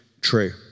true